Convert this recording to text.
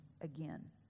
again